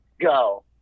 go